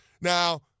Now –